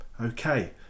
Okay